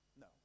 No